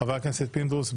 חבר הכנסת פינדרוס.